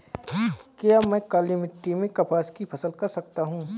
क्या मैं काली मिट्टी में कपास की फसल कर सकता हूँ?